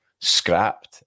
scrapped